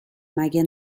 مگه